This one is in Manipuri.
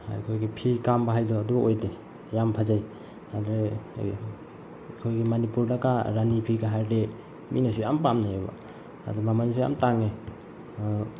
ꯑꯩꯈꯣꯏꯒꯤ ꯐꯤ ꯀꯥꯝꯕ ꯍꯥꯏꯕꯗꯣ ꯑꯗꯨ ꯑꯣꯏꯗꯦ ꯌꯥꯝ ꯐꯖꯩ ꯑꯗꯨꯗꯩ ꯑꯩꯈꯣꯏꯒꯤ ꯃꯅꯤꯄꯨꯔꯗꯀꯥ ꯔꯥꯅꯤ ꯐꯤꯒ ꯍꯥꯏꯔꯗꯤ ꯃꯤꯅꯁꯨ ꯌꯥꯝ ꯄꯥꯝꯅꯩꯑꯕ ꯑꯗꯨ ꯃꯃꯟꯁꯨ ꯌꯥꯝ ꯇꯥꯡꯉꯦ